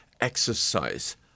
exercise